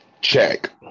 Check